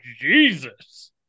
Jesus